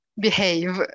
behave